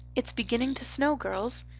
it's beginning to snow, girls,